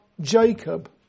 Jacob